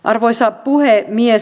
arvoisa puhemies